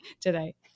today